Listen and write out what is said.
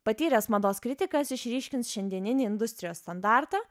patyręs mados kritikas išryškins šiandieninį industrijos standartą